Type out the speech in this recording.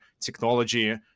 technology